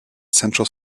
central